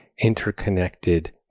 interconnected